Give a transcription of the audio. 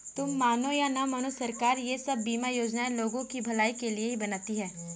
तुम मानो या न मानो, सरकार ये सब बीमा योजनाएं लोगों की भलाई के लिए ही बनाती है